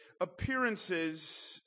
appearances